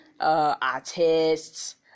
artists